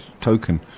token